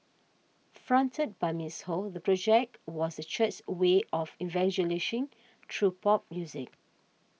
fronted by Miss Ho the project was the church's way of evangelising through pop music